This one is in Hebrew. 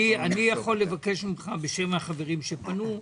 אני מבקש ממך, בשם החברים שפנו,